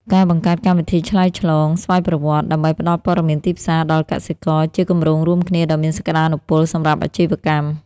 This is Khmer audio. ការបង្កើតកម្មវិធីឆ្លើយឆ្លងស្វ័យប្រវត្តិដើម្បីផ្ដល់ព័ត៌មានទីផ្សារដល់កសិករ ជាគម្រោងរួមគ្នាដ៏មានសក្ដានុពលសម្រាប់អាជីវកម្ម។